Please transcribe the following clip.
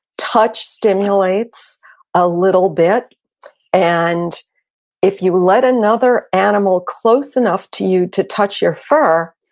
touch stimulates a little bit and if you let another animal close enough to you to touch your fur,